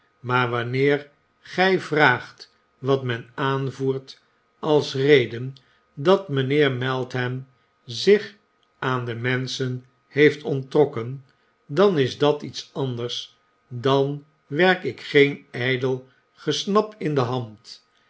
maar wanneer gi vraagt wat men aanvoert als reden dat mijnheer meltnain zich aan de menschen heeft orittrokken dan is dat iets anders dan werk ik geen ijdel gesnap in de hand